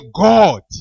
God